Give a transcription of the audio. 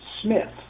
Smith